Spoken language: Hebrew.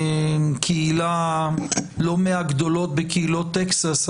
קהילה לא מהגדולות בקהילות טקסס,